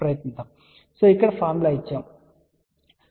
కాబట్టి ఫార్ములా ఇక్కడ ఇవ్వబడింది